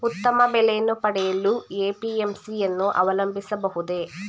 ಉತ್ತಮ ಬೆಲೆಯನ್ನು ಪಡೆಯಲು ಎ.ಪಿ.ಎಂ.ಸಿ ಯನ್ನು ಅವಲಂಬಿಸಬಹುದೇ?